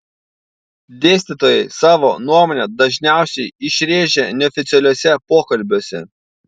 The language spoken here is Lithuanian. dėstytojai savo nuomonę dažniausiai išrėžia neoficialiuose pokalbiuose